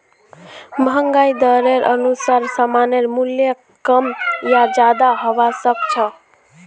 महंगाई दरेर अनुसार सामानेर मूल्य कम या ज्यादा हबा सख छ